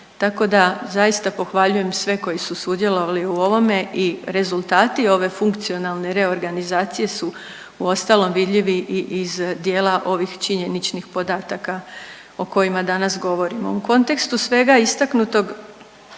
Tako da zaista pohvaljujem sve koji su sudjelovali u ovome i rezultati ove funkcionalne reorganizacije su ostalom vidljivi iz dijela ovih činjeničnih podataka o kojima danas govorimo. U kontekstu svega istaknutog